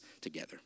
together